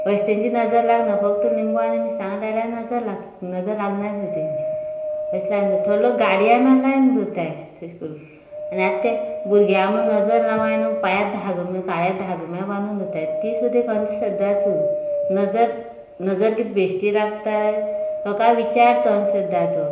हरशीं तेजी नजर लागना फक्त लिंबू आनी मिरसांगो लायल्यार नजर नजर लागना खंय तेंची थोडे लोक गाडया म्हण लावन दवरत्ताय तशें करून आनी आतां तें भुरग्या म्हण नजर लागो जायना म्होण पांयां धागो काळे धागो म्हणल्या बांदून दवरत्ताय ती सुद्दां एक अंदश्रद्धा नजर नजर किदें बेश्टी लागताय लोका विचार तो अंधश्रद्धाचो